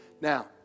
Now